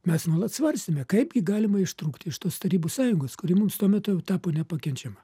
mes nuolat svarstėme kaip gi galima ištrūkti iš tos tarybų sąjungos kuri mums tuo metu jau tapo nepakenčiama